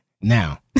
Now